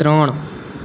ત્રણ